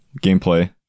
gameplay